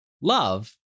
love